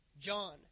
John